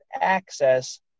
access